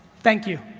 thank you.